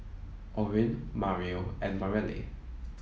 Orrin Mario and Mareli